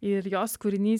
ir jos kūrinys